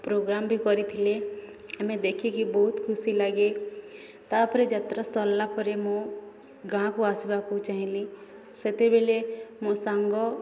programme ବି କରିଥିଲେ ଆମେ ଦେଖିକି ବହୁତ ଖୁସି ଲାଗେ ତା'ପରେ ଯାତ୍ରା ସରିଲା ପରେ ମୁଁ ଗାଁ'କୁ ଆସିବାକୁ ଚାହିଁଲି ସେତେବେଳେ ମୋ ସାଙ୍ଗ